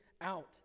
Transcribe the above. out